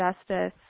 justice